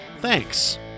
Thanks